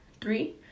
three